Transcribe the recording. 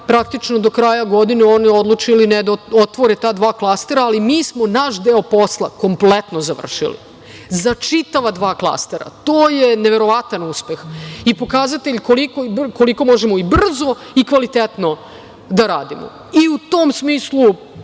praktično do kraja godine oni odluče ili ne da otvore ta dva klastera, ali mi smo naš deo posla kompletno završili za čitava dva klastera. To je neverovatan uspeh i pokazatelj koliko možemo i brzo i kvalitetno da radimo i u tom smislu